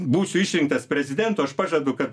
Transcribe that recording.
būsiu išrinktas prezidentu aš pažadu kad